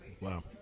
Wow